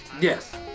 yes